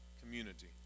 community